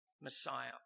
Messiah